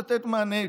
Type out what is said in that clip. לתת מענה,